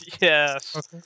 Yes